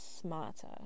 smarter